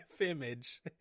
image